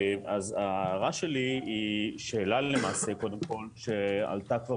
ההערה שלי היא למעשה שאלה שעלתה כבר